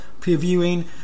previewing